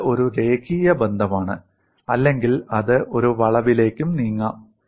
ഇത് ഒരു രേഖീയ ബന്ധമാണ് അല്ലെങ്കിൽ അത് ഒരു വളവിലേക്കും നീങ്ങാം